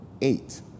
eight